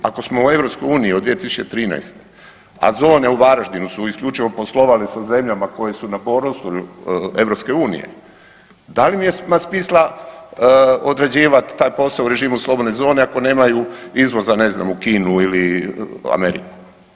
Ako smo u EU od 2013., a zone u Varaždinu su isključivo poslovale sa zemljama koje su na ... EU, da li ima smisla određivat taj posao u režimu slobodne zone, ako nemaju izvoza, ne znam, u Kinu ili Ameriku.